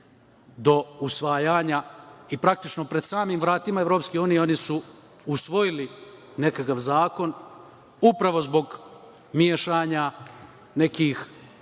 do usvajanja i praktično pred samim vratima EU oni su usvojili nekakav zakon upravo zbog mešanja nekih,